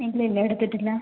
ഇല്ല ഇല്ല എടുത്തിട്ടില്ല